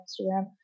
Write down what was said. Instagram